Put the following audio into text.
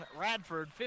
Radford